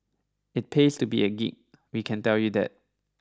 it pays to be a geek we can tell you that